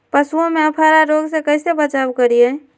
पशुओं में अफारा रोग से कैसे बचाव करिये?